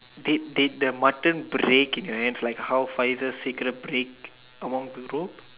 did did the mutton break in your hands like how Faizal's secret break among the group